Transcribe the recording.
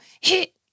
Hit